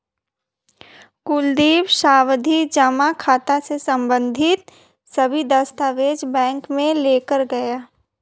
कुलदीप सावधि जमा खाता से संबंधित सभी दस्तावेज बैंक में लेकर गया